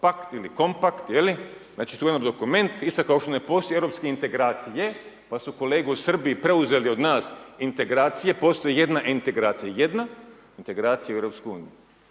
ili kompakt je li, znači, suvremeni dokument, isto kao što ne postoji europski integracije, pa su kolege u Srbiji preuzeli od nas integracije, postoji jedna integracija jedna integracija u EU. Znači,